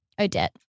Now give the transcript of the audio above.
Odette